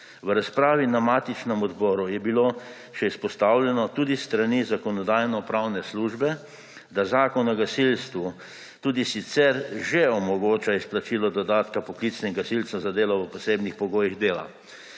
V razpravi na matičnem odboru je bilo še izpostavljeno tudi s strani Zakonodajno-pravne službe, da Zakon o gasilstvu tudi sicer že omogoča izplačilo dodatka poklicnim gasilcem za delo v posebnih pogojih dela.